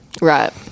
Right